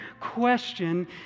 question